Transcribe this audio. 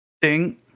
Ding